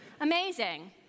amazing